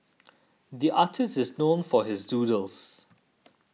the artist is known for his doodles